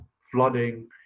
flooding